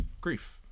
grief